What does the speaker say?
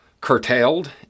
curtailed